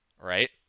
right